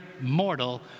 mortal